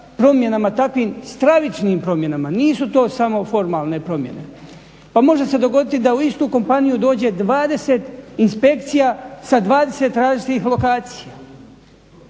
promjenama takvim stravičnim promjenama, nisu to samo formalne promjene. Pa može se dogoditi da u istu kompaniju dođe 20 inspekcija sa 20 različitih lokacija.